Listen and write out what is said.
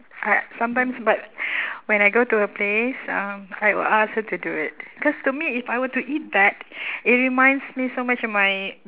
I sometimes but when I go to her place uh I will ask her to do it cause to me if I were to eat that it reminds me so much of my